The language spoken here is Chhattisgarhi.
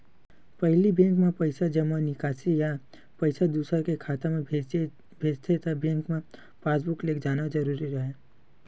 पहिली बेंक म पइसा जमा, निकासी या पइसा दूसर के खाता म भेजथे त बेंक म पासबूक लेगना जरूरी राहय